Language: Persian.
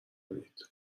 کنید